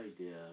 idea